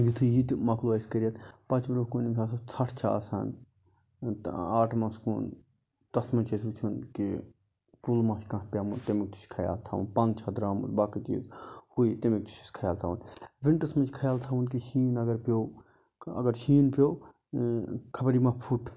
یُتھُے یہِ تہِ مۄکلوو اَسہ کٔرِتھ پَتہٕ برونٛہہ کُن ژھَٹھ چھِ آسان آٹمَس کُن تتھ مَنٛز چھ اسہِ وٕچھُن کہِ کُل ما چھُ کانٛہہ پیوٚمُت تَمیُک چھُ خَیال تھاوُن پن چھا درامُت باقی چیٖز گوٚو یہِ تَمیُک تہِ چھُ اَسہِ خَیال تھاوُن ونٹرس مَنٛز چھُ خَیال تھاوُن کہِ شیٖن اگر پیوٚو اگر شیٖن پیوٚو خَبر یہِ ما پھُٹ